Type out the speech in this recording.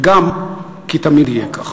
וגם כי תמיד יהיה כך.